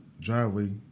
driveway